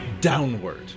downward